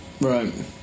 right